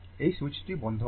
এই সুইচটি বন্ধ আছে